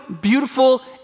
beautiful